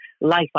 life